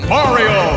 Mario